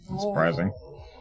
Surprising